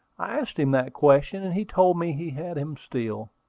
i asked him that question, and he told me he had him still.